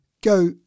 go